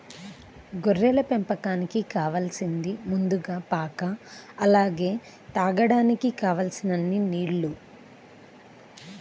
గొర్రెల పెంపకానికి కావాలసింది ముందుగా పాక అలానే తాగడానికి కావలసినన్ని నీల్లు